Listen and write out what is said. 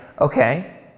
Okay